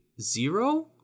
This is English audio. zero